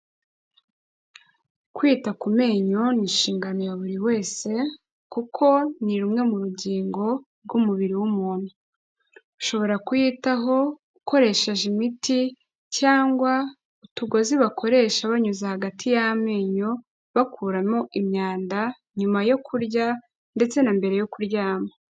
Kwita ku menyo ni inshingano ya buri wese kuko ni rumwe mu rugingo rw'umubiri w'umuntu, ushobora kuyitaho ukoresheje imiti cyangwa utugozi bakoresha banyuza hagati y'amenyo, bakuramo imyanda nyuma yo kurya ndetse na mbere yo kuryama.